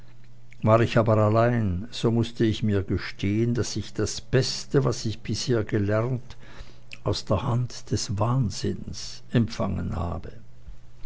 war ich aber allein so mußte ich mir gestehen daß ich das beste was ich bisher gelernt aus der hand des wahnsinns empfangen habe